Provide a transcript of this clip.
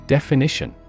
Definition